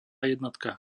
jednotka